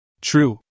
True